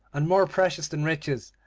and more precious than riches,